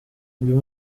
uyu